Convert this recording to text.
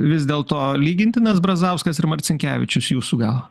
vis dėlto lygintinas brazauskas ir marcinkevičius jūsų galva